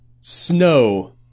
Snow